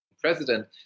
president